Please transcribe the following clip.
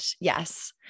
Yes